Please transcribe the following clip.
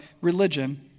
religion